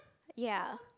ya